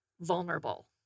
vulnerable